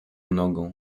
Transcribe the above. nogą